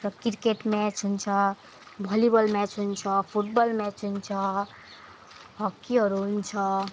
र cricket match हुन्छ volleyball match हुन्छ फुटबल म्याच हुन्छ हकीहरू हुन्छ